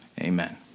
amen